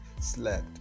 slept